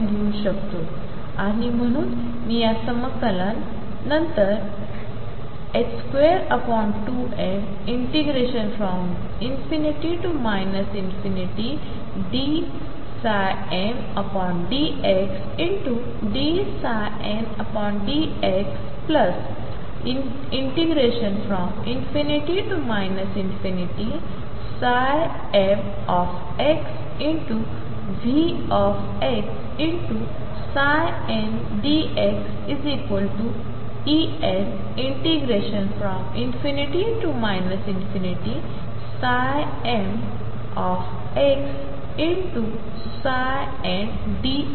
लिहू शकतो आणि म्हणून मी या समाकलन नंतर 22m ∞dmdxdndxdx ∞mVxndxEn ∞mndx